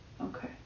Okay